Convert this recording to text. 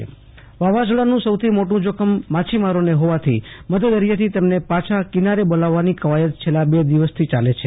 આસતોષ અંતાણી વાવાઝોડાનું સૌથી જોખમ માછીમારોને હોવાથી મધદરિયેથી તેમને પાછા કિનારે બોલાવવાની કયાવત છેલ્લા બે દિવસથી ચાલે છે